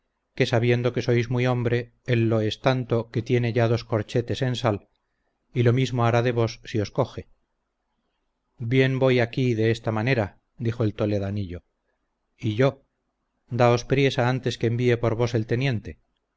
que sabiendo que sois muy hombre él lo es tanto que tiene ya dos corchetes en sal y lo mismo hará de vos si os coge bien voy aquí de esa manera dijo el toledanillo y yo daos priesa antes que envíe por vos el teniente